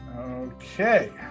Okay